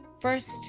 first